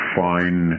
fine